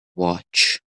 watch